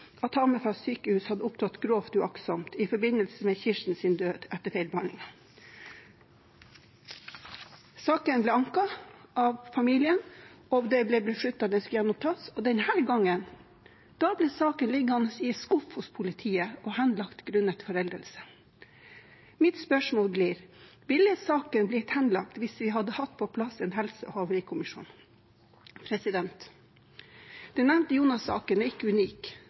sykehus hadde opptrådt grovt uaktsomt i forbindelse med Kirstens død etter feilbehandlingen. Saken ble anket av familien, og det ble besluttet at den skulle gjenopptas, og denne gangen ble saken liggende i en skuff hos politiet og henlagt grunnet foreldelse. Mitt spørsmål blir: Ville saken blitt henlagt hvis vi hadde hatt på plass en helsehavarikommisjon? Den nevnte Jonas-saken er ikke unik.